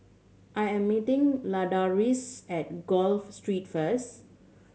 I am meeting Ladarius at Gul Street first